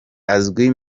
azwi